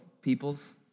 Peoples